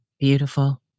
Beautiful